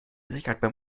sicherheit